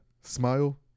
Smile